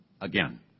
again